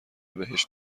بهشت